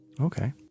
Okay